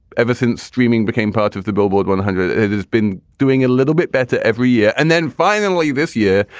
ever since streaming became part of the billboard one hundred. it has been doing a little bit better every year. and then finally this year,